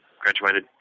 graduated